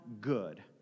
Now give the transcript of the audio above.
good